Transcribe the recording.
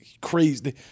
crazy